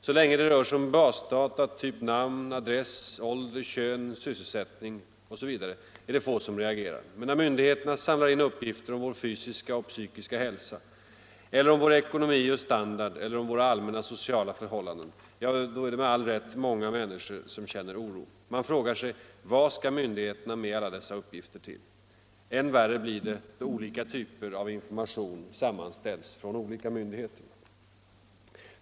Så länge det rör sig om basdata typ namn, adress, ålder, kön, sysselsättning osv. är det få som reagerar, men när myndigheterna samlar in uppgifter om vår fysiska och psykiska hälsa eller om vår ekonomi och standard eller om våra allmänna sociala förhållanden är det med all rätt många människor som känner oro. Man frågar sig: Vad skall myndigheterna med alla dessa uppgifter till? Än värre blir det då olika typer av information från olika myndigheter sammanställs.